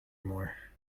more